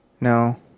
No